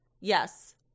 Yes